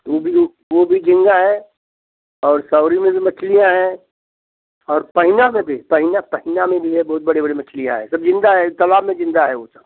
वो भी तो वो भी झींगा है और सउरी मछलियाँ हैं और पहिना में भी पहिना पहिना में भी है बहुत बड़ी बड़ी मछलियाँ सब जिंदा है तालाब में जिंदा है वो